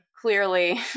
Clearly